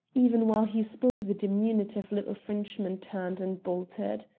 even while he spoke the diminutive little frenchman turned and bolted.